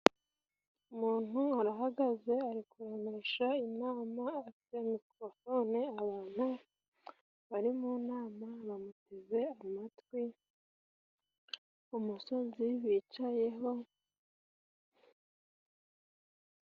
Umuntu arahagaze ari kuremesha inama afite mikorofone. Abantu bari mu nama bamuteze amatwi ku musozi bicayeho.